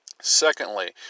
Secondly